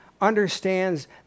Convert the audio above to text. understands